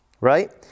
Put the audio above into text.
right